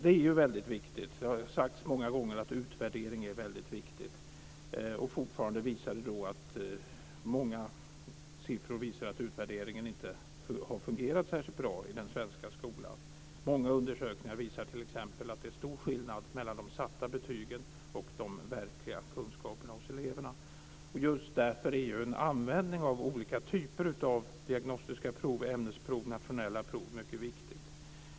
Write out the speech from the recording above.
Det har sagts många gånger att utvärdering är väldigt viktigt. Fortfarande visar många siffror att utvärderingen inte har fungerat särskilt bra i den svenska skolan. Många undersökningar visar t.ex. att det är stor skillnad mellan de satta betygen och de verkliga kunskaperna hos eleverna. Just därför är en användning av olika typer av diagnostiska prov, ämnesprov och nationella prov mycket viktig.